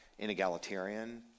inegalitarian